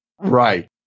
Right